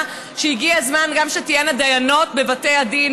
שהגיע הזמן שתהיינה גם דיינות בבתי הדין.